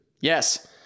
Yes